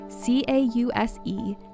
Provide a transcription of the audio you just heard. C-A-U-S-E